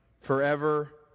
forever